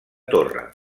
torre